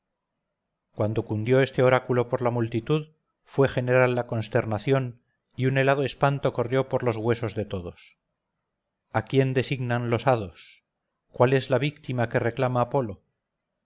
cuando cundió este oráculo por la multitud fue general la consternación y un helado espanto corrió por los huesos de todos a quien designan los hados cuál es la víctima que reclama apolo